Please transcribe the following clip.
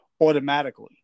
automatically